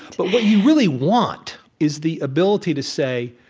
but what you really want is the ability to say,